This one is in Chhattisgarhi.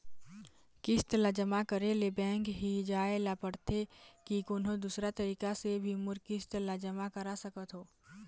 किस्त ला जमा करे ले बैंक ही जाए ला पड़ते कि कोन्हो दूसरा तरीका से भी मोर किस्त ला जमा करा सकत हो?